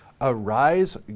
Arise